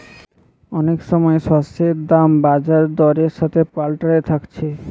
অনেক সময় শস্যের দাম বাজার দরের সাথে পাল্টাতে থাকছে